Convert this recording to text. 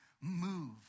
move